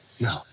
No